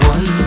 One